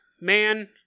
Man